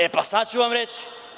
E, pa sad ću vam reći.